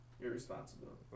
irresponsibility